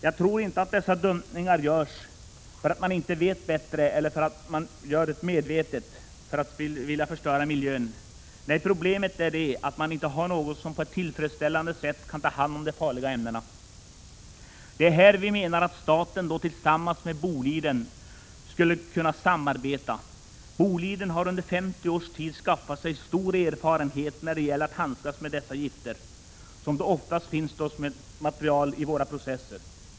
Jag tror inte att dessa dumpningar görs för att man inte vet bättre eller för att man medvetet vill förstöra miljön. Nej, problemet är att man inte har någon som på ett tillfredsställande sätt kan ta hand om dessa farliga ämnen. Vi menar att staten skulle kunna samarbeta med Boliden på detta område. Boliden har under 50 års tid skaffat sig en stor erfarenhet när det gäller att handskas med dessa gifter, som oftast finns i material som ingår i våra processer.